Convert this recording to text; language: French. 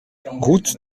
route